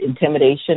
intimidation